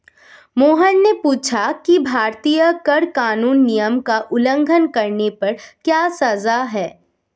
मोहन ने पूछा कि भारतीय कर कानून नियम का उल्लंघन करने पर क्या सजा है?